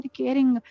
caring